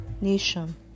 nation